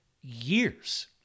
years